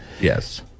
Yes